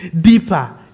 Deeper